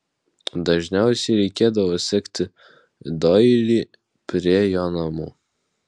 dažniausiai reikėdavo sekti doilį prie jo namų